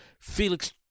Felix